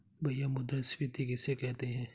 भैया मुद्रा स्फ़ीति किसे कहते हैं?